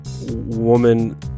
woman